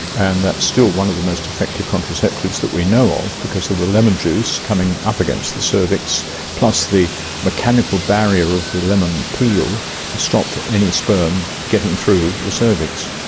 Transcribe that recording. and that is still one of the most effective contraceptives that we know of because of the lemon juice coming up against the cervix plus the mechanical barrier of the the lemon peel stops any sperm getting through the cervix.